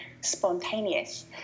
spontaneous